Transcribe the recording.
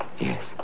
Yes